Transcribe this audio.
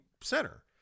center